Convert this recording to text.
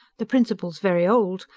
the principle's very old.